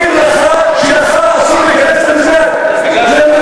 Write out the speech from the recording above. תשאל את הרבנים שלך הרבנים שלנו יודעים,